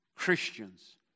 Christians